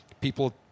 people